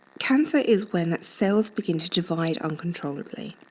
cancer is when cells begin to divide uncontrollably.